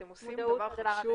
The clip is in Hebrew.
אתם עושים דבר חשוב,